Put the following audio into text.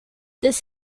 this